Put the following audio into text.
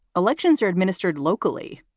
elections are administered locally.